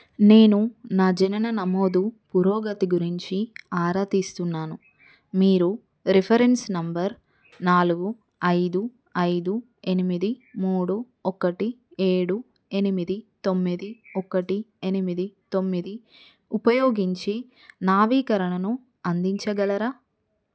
నేను నా జనన నమోదు పురోగతి గురించి ఆరాతీస్తున్నాను మీరు రిఫరెన్స్ నంబర్ నాలుగు ఐదు ఐదు ఎనిమిది మూడు ఒకటి ఏడు ఎనిమిది తొమ్మిది ఒకటి ఎనిమిది తొమ్మిది ఉపయోగించి నవీకరణను అందించగలరా